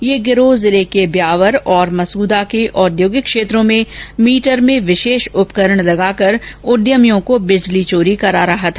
ये गिरोह जिले के ब्यावर और मसूदा के औद्योगिक क्षेत्रों में मीटर में विशेष उपकरण लगाकर उद्यमियों को बिजली चोरी करा रहा था